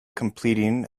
completing